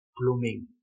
blooming